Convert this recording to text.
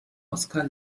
oskar